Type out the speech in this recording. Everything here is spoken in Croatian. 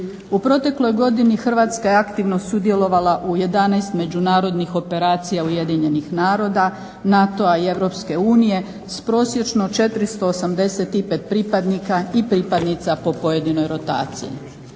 U protekloj godini Hrvatska je aktivno sudjelovala u 11 međunarodnih operacija UN-a, NATO-a i Europske unije s prosječnom 485 pripadnika i pripadnica po pojedinoj rotaciji.